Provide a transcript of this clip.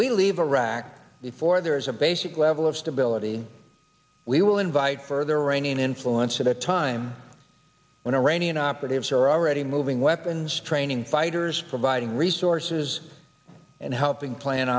we leave iraq before there is a basic level of stability we will invite further reigning influence at a time when iranian operatives are already moving weapons training fighters providing resources and helping plan